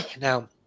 Now